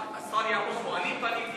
אני פניתי אליו.